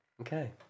Okay